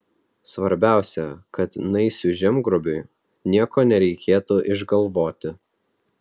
svarbiausia kad naisių žemgrobiui nieko nereikėtų išgalvoti